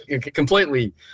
completely